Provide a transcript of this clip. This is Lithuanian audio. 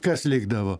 kas likdavo